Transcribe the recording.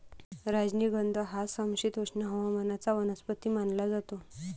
राजनिगंध हा एक समशीतोष्ण हवामानाचा वनस्पती मानला जातो